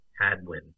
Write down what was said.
Hadwin